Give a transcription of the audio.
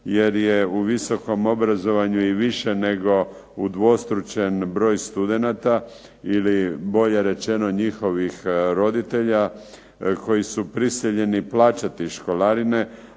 jer je u visokom obrazovanju i više nego udvostručen broj studenata ili bolje rečeno njihovih roditelja koji su prisiljeni plaćati školarine